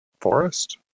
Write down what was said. forest